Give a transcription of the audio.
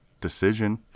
decision